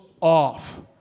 off